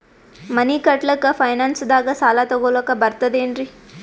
ಮನಿ ಕಟ್ಲಕ್ಕ ಫೈನಾನ್ಸ್ ದಾಗ ಸಾಲ ತೊಗೊಲಕ ಬರ್ತದೇನ್ರಿ?